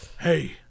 Hey